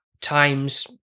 times